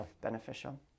beneficial